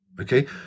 okay